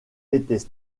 étaient